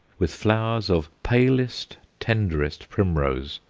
with flowers of palest, tenderest primrose,